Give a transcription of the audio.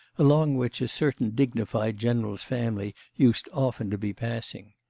along which a certain dignified general's family used often to be passing.